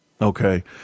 Okay